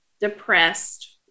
depressed